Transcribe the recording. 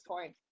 point